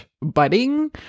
budding